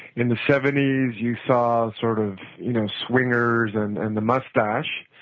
in the seventy s you saw sort of you know swingers and and the mustache,